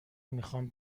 میخوام